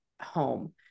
home